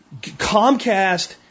Comcast